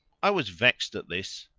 i was vexed at this,